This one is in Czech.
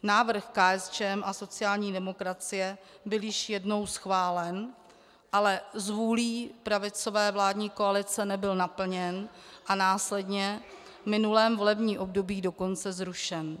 Návrh KSČM a sociální demokracie byl již jednou schválen, ale zvůlí pravicové vládní koalice nebyl naplněn a následně v minulém volebním období dokonce zrušen.